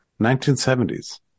1970s